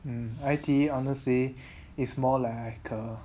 mm I_T_E honestly it's more like a